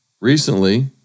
Recently